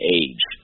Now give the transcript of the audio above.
age